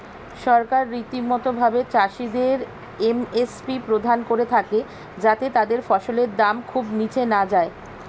সরকার রীতিমতো ভাবে চাষিদের এম.এস.পি প্রদান করে থাকে যাতে তাদের ফসলের দাম খুব নীচে না যায়